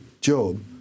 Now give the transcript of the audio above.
Job